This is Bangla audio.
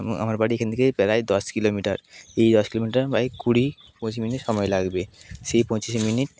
এবং আমার বাড়ি এখান থেকে প্রায় দশ কিলোমিটার এই দশ কিলোমিটার বাইক কুড়ি পঁচিশ মিনিট সময় লাগবে সেই পঁচিশ মিনিট